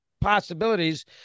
possibilities